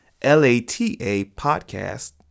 LATAPodcast